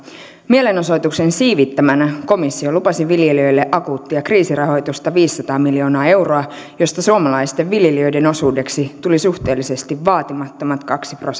mielenosoituksen siivittämänä komissio lupasi viljelijöille akuuttia kriisirahoitusta viisisataa miljoonaa euroa josta suomalaisten viljelijöiden osuudeksi tuli suhteellisesti vaatimattomat kaksi